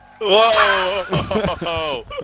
Whoa